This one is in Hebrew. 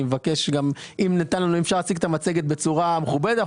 אני מבקש שיינתן לנו להציג את המצגת בצורה מכובדת.